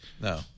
no